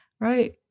Right